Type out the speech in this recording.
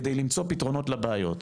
כדי למצוא פתרונות לבעיות.